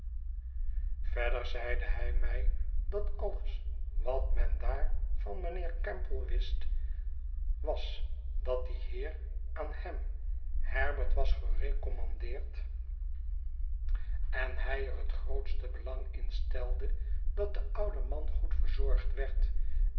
verder zeide hij mij dat alles wat men daar van mijnheer campbell wist was dat die heer aan hem herbert was gerecommandeerd en hij er het grootste belang in stelde dat de oude man goed verzorgd werd